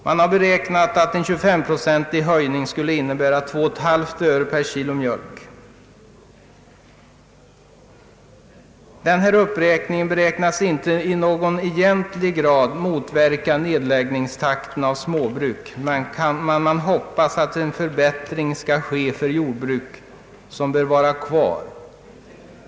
Man har beräknat att en 25 procentig höjning skulle innebära 2,5 öre per kilo mjölk. Denna höjning väntas inte i någon egentlig grad motverka nedläggningstakten för småbruk, men man hoppas att en förbättring skall ske för de jordbruk som bör vara kvar.